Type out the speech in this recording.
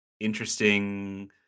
interesting